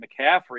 McCaffrey